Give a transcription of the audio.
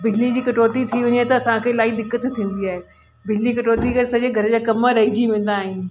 बिजलीअ जी कटौती थी वञे त असांखे इलाही दिक़त थींदी आहे बिजली कटौती करे सॼे घर जा कम रहिजी वेंदा आहिनि